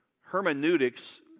hermeneutics